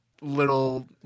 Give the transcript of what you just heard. little